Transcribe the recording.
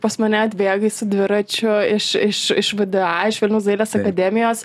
pas mane atbėgai su dviračiu iš iš iš vda iš vilniaus dailės akademijos